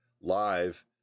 live